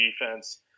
defense